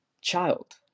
child